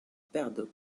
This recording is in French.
perdent